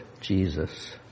Jesus